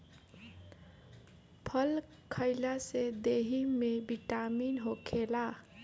फल खइला से देहि में बिटामिन होखेला